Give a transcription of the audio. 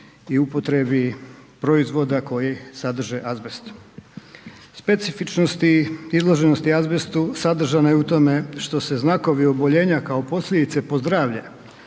i upotrebi proizvoda koji sadrže azbest. Specifičnosti izloženosti azbestu sadržana je u tome što se znakovi oboljenja kao posljedice po zdravlje